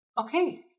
okay